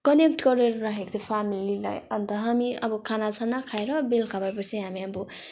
connect गरेर राखेको थियो फेमिलीलाई अन्त हामी अब खाना साना खाएर बेलुका भए पछि हामी अब